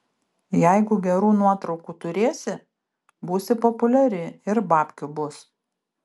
jeigu gerų nuotraukų turėsi būsi populiari ir babkių bus